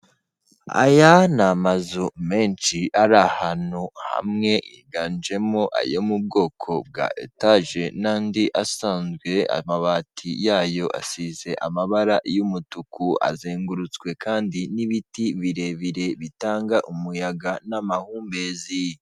Aya ni amazu menshi, ari ahantu hamwe, yiganjemo ayo mu bwoko bwa etaje n'andi asanzwe, amabati yayo asize amabara y'umutuku. Azengurutswe kandi n'ibiti birebire, bitanga umuyaga n'amahumbezi.